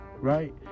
right